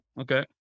okay